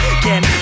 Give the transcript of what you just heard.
again